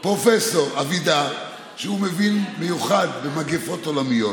פרופ' אבידר, שמבין במיוחד במגפות עולמיות.